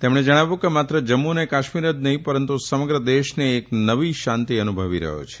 તેમણે જણાવ્યું કે માત્ર જમ્મુ અને કાશ્મીર જ નહીં પરંતુ સમગ્ર દેશને એક નવી શાંતિ અનુભવી રહ્ય છે